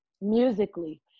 musically